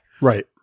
Right